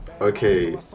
Okay